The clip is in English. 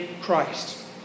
Christ